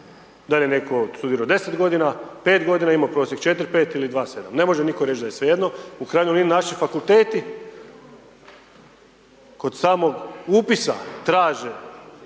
da li je netko studirao 10 g., 5 g., imao prosjek 4,5, ili 2,7, ne može nitko reći da je svejedno, u krajnjoj liniji naši fakulteti kod samog upisa traže